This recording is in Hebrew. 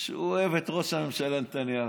שהוא אוהב את ראש הממשלה נתניהו.